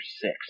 six